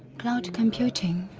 cloud computing